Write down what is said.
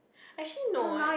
actually no eh